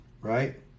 right